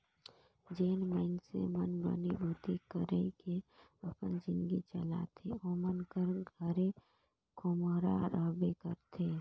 जेन मइनसे मन बनी भूती कइर के अपन जिनगी चलाथे ओमन कर घरे खोम्हरा रहबे करथे